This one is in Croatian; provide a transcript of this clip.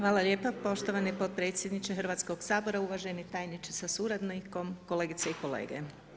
Hvala lijepa poštovani potpredsjedniče Hrvatskog sabora, uvaženi tajniče sa suradnikom, kolegice i kolege.